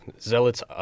zealots